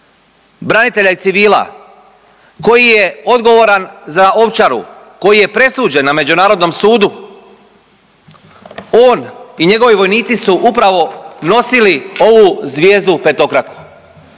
branitelja i civila, koji je odgovoran za Ovčaru, koji je presuđen na međunarodnom sudu, on i njegovi vojnici su upravo nosili ovu zvijezdu petokraku